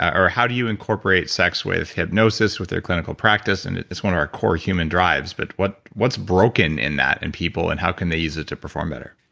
or how do you incorporate sex with hypnosis with their clinical practice? and it's one of our core human drives, but what's broken in that in people and how can they use it to perform better?